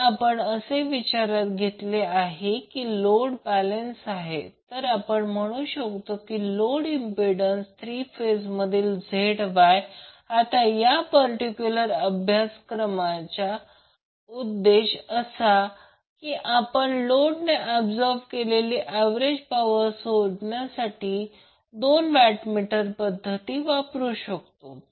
तर आपण असे विचारात घेतले आहे की लोड बॅलेन्स आहे तर आपण म्हणू शकतो की लोड इम्पिडंन्स 3 फेज मधील ZYआता या पर्टिक्युलर अभ्यासाचा उद्देश असा की आपण लोड ने ऍबसॉर्ब केलेली ऍव्हरेज पॉवर शोधण्यासाठी दोन वॅट मीटर पद्धत वापर करू शकतो